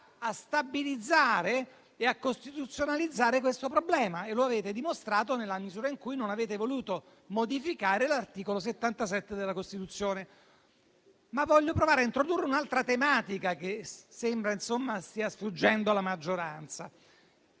a stabilizzare e a costituzionalizzare questo problema, come avete dimostrato nella misura in cui non avete voluto modificare l'articolo 77 della Costituzione. Voglio provare però a introdurre un'altra tematica, che sembra stia sfuggendo alla maggioranza.